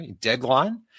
deadline